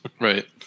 right